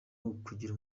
ukugira